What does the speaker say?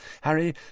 Harry